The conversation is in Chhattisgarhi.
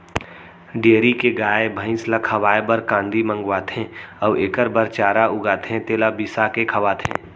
डेयरी के गाय, भँइस ल खवाए बर कांदी मंगवाथें अउ एकर बर चारा उगाथें तेला बिसाके खवाथें